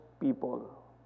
people